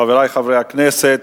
חברי חברי הכנסת,